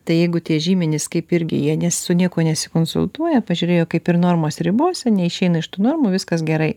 tai jeigu tie žymenys kaip irgi jie nes su niekuo nesikonsultuoja pažiūrėjo kaip ir normos ribose neišeina iš tų normų viskas gerai